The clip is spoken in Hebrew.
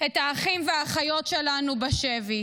את האחים והאחיות שלנו בשבי.